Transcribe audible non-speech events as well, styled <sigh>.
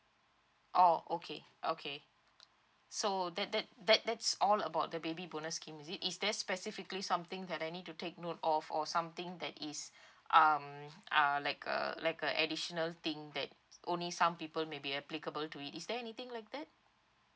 oh okay okay so that that that that's all about the baby bonus scheme is it is there specifically something that I need to take note of or something that is <breath> um uh like a like a additional thing that only some people may be applicable to it is there anything like that